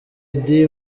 eddy